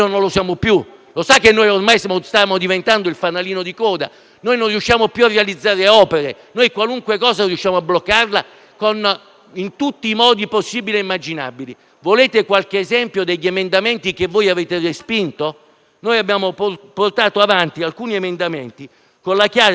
Lo sa che ormai siamo stiamo diventando il fanalino di coda? Non riusciamo più a realizzare opere; qualunque cosa riusciamo a bloccarla in tutti i modi possibili e immaginabili. Volete qualche esempio degli emendamenti che voi avete respinto? Abbiamo portato avanti alcuni emendamenti con il chiaro ed evidente